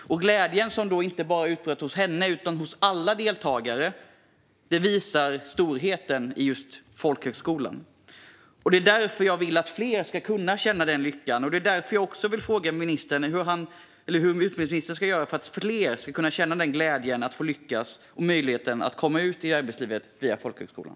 Den glädje som utbröt inte bara hos henne utan hos alla deltagare visar folkhögskolans storhet. Jag vill att fler ska kunna känna denna lycka, och därför vill jag fråga utbildningsministern hur han ska göra för att fler ska kunna känna glädjen att lyckas och få möjligheten att komma ut i arbetslivet via folkhögskolan.